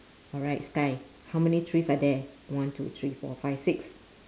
alright sky how many trees are there one two three four five six